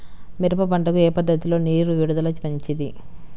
మిరప పంటకు ఏ పద్ధతిలో నీరు విడుదల మంచిది?